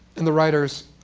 and the writers